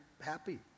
happy